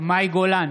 מאי גולן,